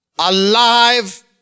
Alive